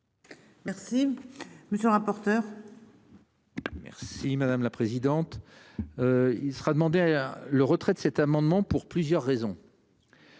Merci monsieur le rapporteur. Merci madame la présidente. Il sera demandé à le retrait de cet amendement pour plusieurs raisons.